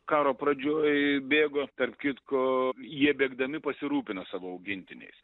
karo pradžioj bėgo tarp kitko jie bėgdami pasirūpina savo augintiniais